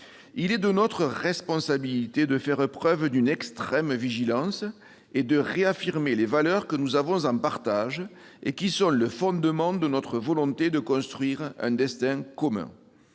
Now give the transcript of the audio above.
il est de notre responsabilité de faire preuve d'une extrême vigilance et de réaffirmer les valeurs que nous avons en partage et qui sont le fondement de notre volonté de construire un destin commun.